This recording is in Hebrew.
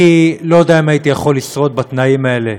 אני לא יודע אם הייתי יכול לשרוד בתנאים האלה,